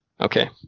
Okay